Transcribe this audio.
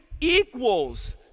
equals